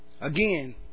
again